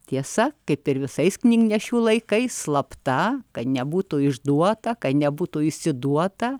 tiesa kaip ir visais knygnešių laikais slapta kad nebūtų išduota kad nebūtų išsiduota